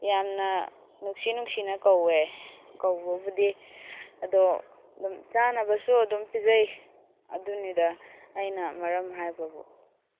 ꯌꯥꯝꯅ ꯅꯨꯡꯁꯤ ꯅꯨꯡꯁꯤꯅ ꯀꯧꯋꯦ ꯀꯧꯕꯕꯨꯗꯤ ꯑꯗꯣ ꯑꯗꯨꯝ ꯆꯥꯅꯕꯁꯨ ꯑꯗꯨꯝ ꯄꯤꯖꯩ ꯑꯗꯨꯅꯤꯗ ꯑꯩꯅ ꯃꯔꯝ ꯍꯥꯏꯕꯕꯨ